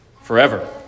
forever